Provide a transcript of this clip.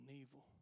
evil